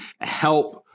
help